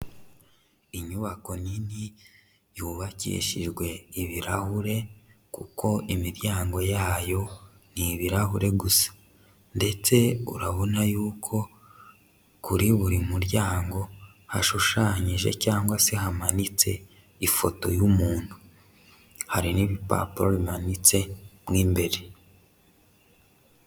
Inyubako nini yubakishijwe ibirahure kuko imiryango yayo ni ibirahure gusa, ndetse urabona yuko kuri buri muryango hashushanyije cyangwa se hamanitse ifoto y'umuntu, Hari n'ibipapuro bimanitse mo imbere.